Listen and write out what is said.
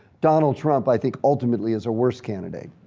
donald trump, i think, ultimately is a worse candidate.